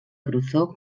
cruzó